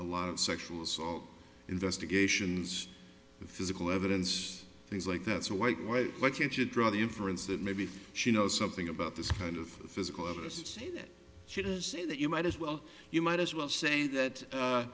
a lot of sexual assault investigations physical evidence things like that's white white like if you draw the inference that maybe she knows something about this kind of physical evidence that she didn't say that you might as well you might as well say that